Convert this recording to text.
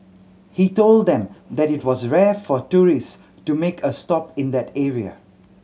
he told them that it was rare for tourists to make a stop in that area